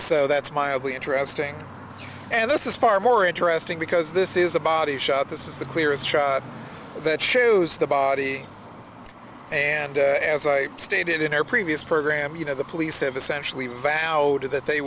so that's mildly interesting and this is far more interesting because this is a body shot this is the clearest shot that shows the body and as i stated in our previous program you know the police have essentially vowed that they